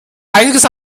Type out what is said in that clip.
einiges